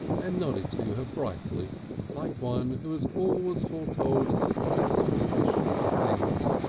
and nodded to her brightly like one who has always foretold a successful issue to things.